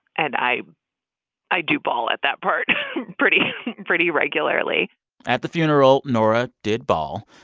and i i do bawl at that part pretty pretty regularly at the funeral, nora did bawl.